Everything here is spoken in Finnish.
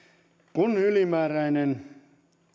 kun ylimääräinen